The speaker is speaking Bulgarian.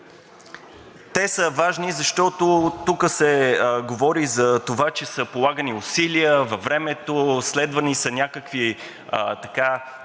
Те са важни, защото тук се говори за това, че са полагани усилия във времето, следвани са някакви